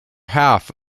half